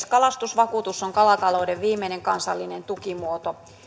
kalastusvakuutus on kalatalouden viimeinen kansallinen tukimuoto